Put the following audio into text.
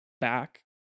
back